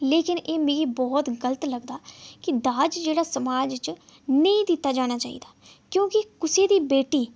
लेकिन एह् मिकी एह् बहुत गल्त लगदा कि दाज जेह्ड़ा समाज च नेईं दित्ता जाना चाहिदा क्योंकि कुसै दी बेटी